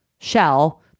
shell